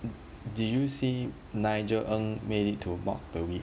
di~ did you see nigel ng made it to mock the week